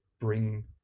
bring